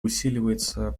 усиливается